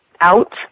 out